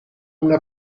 una